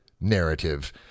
narrative